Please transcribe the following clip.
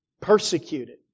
persecuted